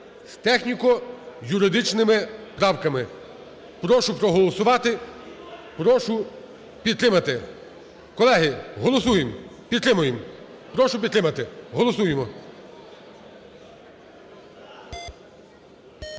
з техніко-юридичними правками. Прошу проголосувати, прошу підтримати. Колеги, голосуємо. Підтримуємо. Прошу підтримати. Голосуємо.